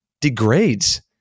degrades